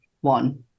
one